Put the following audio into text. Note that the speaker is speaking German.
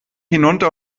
hinunter